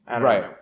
Right